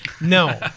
no